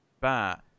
bat